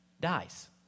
dies